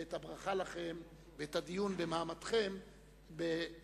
את הברכה לכן ואת הדיון במעמדכן בזמן,